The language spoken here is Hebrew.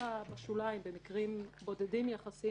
אנחנו במקרים בודדים יחסית